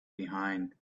behind